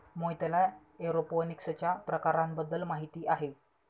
मोहितला एरोपोनिक्सच्या प्रकारांबद्दल माहिती आहे